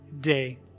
day